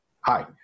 Hi